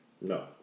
No